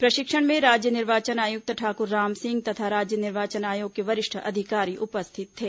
प्रशिक्षण में राज्य निर्वाचन आयुक्त ठाक्र रामसिंह तथा राज्य निर्वाचन आयोग के वरिष्ठ अधिकारी उपस्थित थे